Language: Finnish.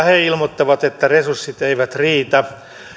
he ilmoittavat että resurssit eivät riitä